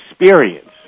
experience